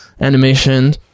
animation